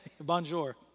bonjour